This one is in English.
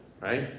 Right